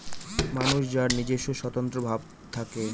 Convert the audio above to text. মানুষ যার নিজস্ব স্বতন্ত্র ভাব থাকে